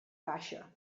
caixa